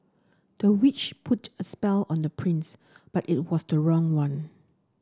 the witch put a spell on the prince but it was the wrong one